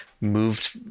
moved